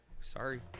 Sorry